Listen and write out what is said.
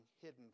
hidden